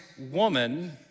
woman